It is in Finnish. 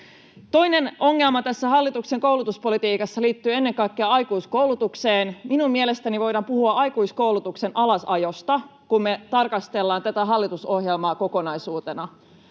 Toinen ongelma tässä hallituksen koulutuspolitiikassa liittyy ennen kaikkea aikuiskoulutukseen. Minun mielestäni voidaan puhua aikuiskoulutuksen alasajosta, kun me tarkastellaan tätä hallitusohjelmaa kokonaisuutena.